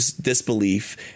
disbelief